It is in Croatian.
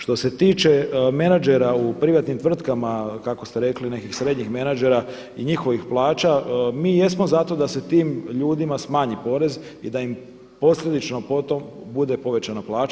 Što se tiče menadžera u privatnim tvrtkama, kako ste rekli, nekih srednjih menadžera i njihovih plaća, mi jesmo za to da se tim ljudima smanji porez i da im posljedično po tom bude povećana plaća.